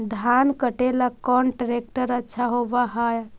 धान कटे ला कौन ट्रैक्टर अच्छा होबा है?